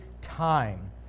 time